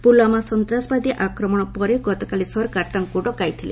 ପୁଲୱାମା ସନ୍ତାସବାଦୀ ଆକ୍ରମଣ ପରେ ଗତକାଲି ସରକାର ତାଙ୍କୁ ଡକାଇଥିଲେ